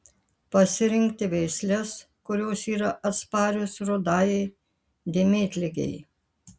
pasirinkti veisles kurios yra atsparios rudajai dėmėtligei